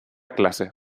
clase